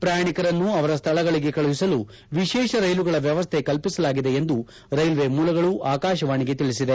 ಪ್ರಯಾಣಿಕರನ್ನು ಅವರ ಸ್ವಳಗಳಗೆ ಕಳುಹಿಸಲು ವಿಶೇಷ ರೈಲುಗಳ ವ್ಯವಸ್ಥೆ ಕಲ್ಪಿಸಲಾಗಿದೆ ಎಂದು ರೈಲ್ವೆ ಮೂಲಗಳು ಆಕಾಶವಾಣಿಗೆ ತಿಳಿಸಿದೆ